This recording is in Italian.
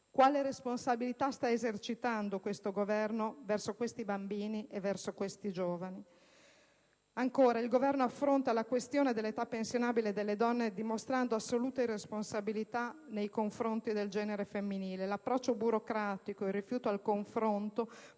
Quale responsabilità sta esercitando il Governo verso questi bambini, verso questi giovani? Ancora: il Governo affronta la questione dell'età pensionabile delle donne dimostrando assoluta irresponsabilità nei confronti del genere femminile. L'approccio burocratico e il rifiuto al confronto